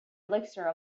elixir